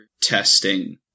testing